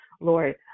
Lord